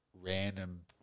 random